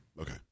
Okay